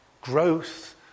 growth